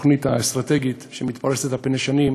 התוכנית האסטרטגית שמתפרסת על פני שנים,